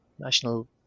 National